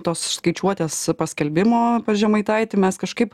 tos skaičiuotės paskelbimo pas žemaitaitį mes kažkaip